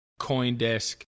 Coindesk